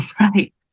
Right